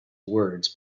words